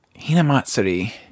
Hinamatsuri